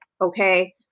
okay